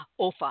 OFA